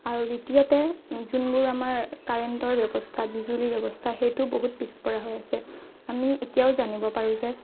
আৰু দ্বিতীয়তে যোনবোৰ আমাৰ কাৰেণ্টৰ ব্যৱস্থা বিজুলি ব্যৱস্থা সেইটো বহুত পিছ পৰা হৈ আছে আমি এতিয়াও জানিব পাৰোঁ যে